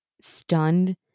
Stunned